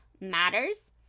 matters